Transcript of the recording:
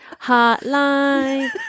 Hotline